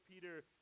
Peter